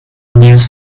this